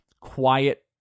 quiet